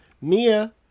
Mia